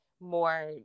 more